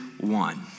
one